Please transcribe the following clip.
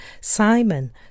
Simon